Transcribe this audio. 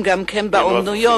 גם באמנויות,